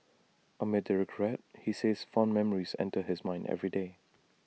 amid the regret he says fond memories enter his mind every day